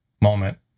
moment